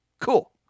Cool